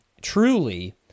truly